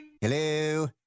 Hello